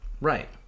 Right